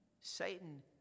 Satan